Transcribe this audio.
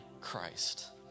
Christ